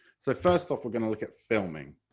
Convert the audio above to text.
so first off, we're going to look at filming.